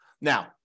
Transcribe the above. Now